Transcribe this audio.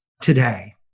today